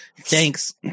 thanks